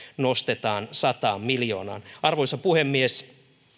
nostetaan sataan miljoonaan arvoisa puhemies